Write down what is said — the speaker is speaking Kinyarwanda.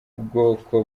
bwoko